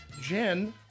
Jen